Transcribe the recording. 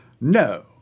No